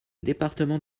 département